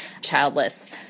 childless